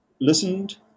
listened